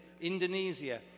Indonesia